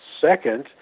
Second